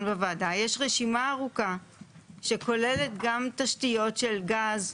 בוועדה יש רשימה ארוכה שכוללת גם תשתיות של גז,